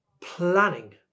planning